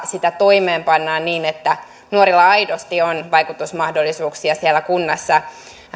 sitä toimeenpannaan niin että nuorilla aidosti on vaikutusmahdollisuuksia siellä kunnassa